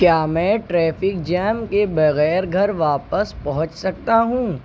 کیا میں traffic jam کے بغیر گھر واپس پہنچ سکتا ہوں